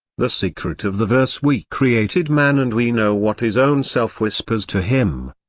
the secret of the verse we created man and we know what his own self whispers to him.